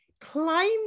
climb